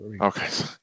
Okay